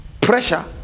pressure